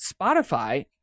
Spotify